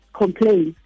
complain